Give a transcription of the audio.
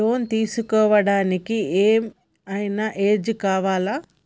Loan తీస్కోవడానికి ఏం ఐనా ఏజ్ కావాలా?